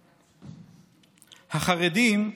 "החרדים,